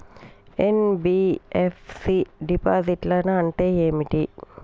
NBFC డిపాజిట్లను అంటే ఏంటి?